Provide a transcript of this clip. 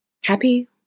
Happy